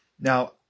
Now